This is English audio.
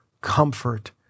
comfort